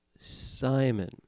Simon